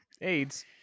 AIDS